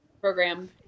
program